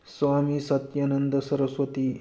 swami Satyananda Saraswati